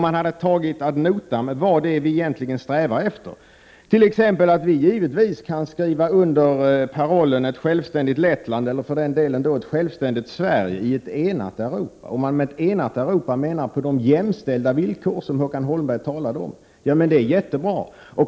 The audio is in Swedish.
Tag i stället ad notam vad det är vi egentligen strävar efter, t.ex. att vi givetvis kan skriva under paroller som ”Ett självständigt Lettland” eller för den delen ”Ett självständigt Sverige i ett enat Europa”, om man med ett enat Europa menar ett Europa på de jämställda villkor som Håkan Holmberg talade om. Det är jättebra!